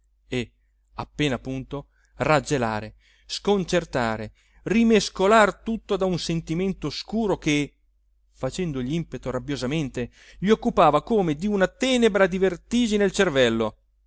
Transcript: e appena punto raggelare sconcertare rimescolar tutto da un sentimento oscuro che facendogli impeto rabbiosamente gli occupava come di una tenebra di vertigine il cervello